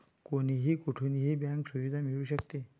कोणीही कुठूनही बँक सुविधा मिळू शकते